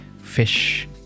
Fish